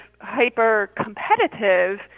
hyper-competitive